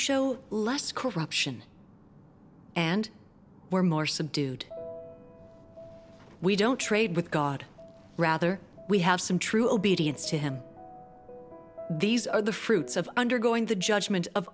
show less corruption and we're more subdued we don't trade with god rather we have some true obedience to him these are the fruits of undergoing the judgment of